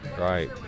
Right